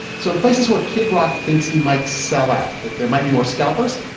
so in places where kid rock thinks he might sell out, that there might be more scalpers,